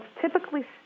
typically